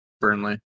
Burnley